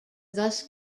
thus